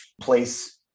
place